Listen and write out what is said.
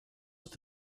with